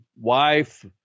wife